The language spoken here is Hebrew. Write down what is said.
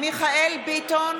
מיכאל מרדכי ביטון,